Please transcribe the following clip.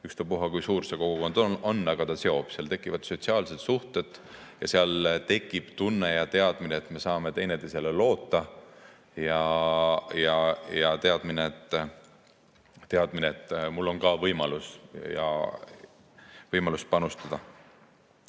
Ükspuha kui suur see kogukond on, aga see seob. Seal tekivad sotsiaalsed suhted, seal tekib tunne ja teadmine, et me saame teineteisele loota. Tekib teadmine: mul on ka võimalus panustada.